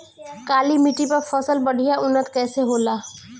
काली मिट्टी पर फसल बढ़िया उन्नत कैसे होला?